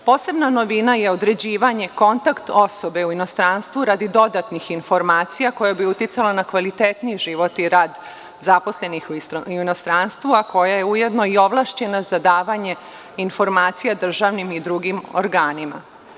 Posebna novina je određivanja kontakt osobe u inostranstvu radi dodatnih informacija, koja bi uticala na kvalitetniji život i rad zaposlenih u inostranstvu, a koja je ujedno i ovlašćena za davanje informacija državnim i drugim organima.